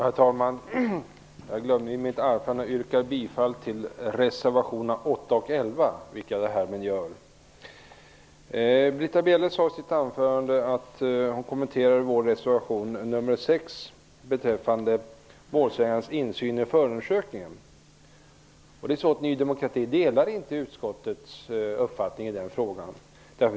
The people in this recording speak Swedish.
Herr talman! I mitt anförande glömde jag att yrka bifall till reservationerna nr 8 och 11, vilket jag härmed gör. I sitt anförande kommenterade Britta Bjelle vår reservation nr 6 om målsägandens insyn i förundersökningen. Ny demokrati delar inte utskottets uppfattning i den frågan.